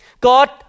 God